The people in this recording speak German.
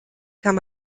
kann